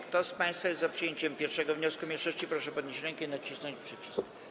Kto z państwa jest za przyjęciem 1. wniosku mniejszości, proszę podnieść rękę i nacisnąć przycisk.